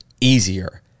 easier